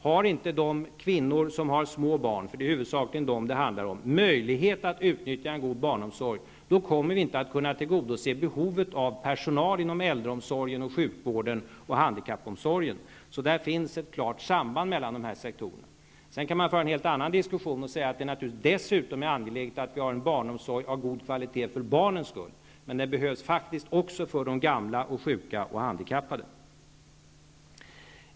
Har inte de kvinnor som har små barn -- det är huvudsakligen dem det handlar om -- möjlighet att utnyttja en god barnomsorg, kommer vi inte att kunna tillgodose behovet av personal inom äldreomsorgen, sjukvården och handikappomsorgen. Det finns alltså ett klart samband mellan dessa sektorer. Sedan kan man föra en helt annan diskussion och säga att det naturligtvis dessutom är angeläget att vi för barnens skull har en barnomsorg av god kvalitet, men den är faktiskt också nödvändig med tanke på de gamla, de sjuka och de handikappade.